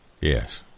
Yes